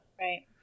Right